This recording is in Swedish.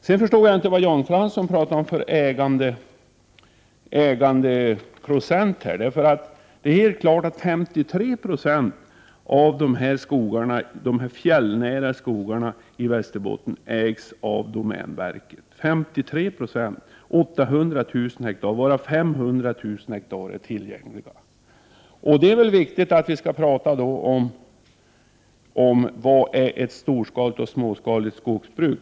Jag förstår inte vad Jan Fransson talar om för ägandeprocent i detta sammanhang. Det är helt klart att 53 20 av de fjällnära skogarna i Västerbotten ägs av domänverket — 800 000 hektar, varav 500 000 hektar är tillgängliga. Det är väl viktigt att vi talar om vad som är storskaligt och vad som är småskaligt skogsbruk.